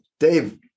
Dave